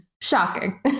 shocking